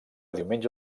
diumenge